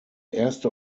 erste